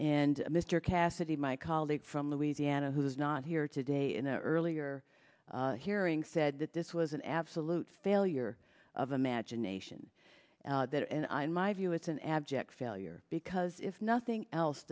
and mr cassidy my colleague from louisiana who is not here today in an earlier hearing said that this was an absolute failure of imagination that and i my view it's an abject failure because if nothing else